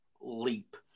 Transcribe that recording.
leap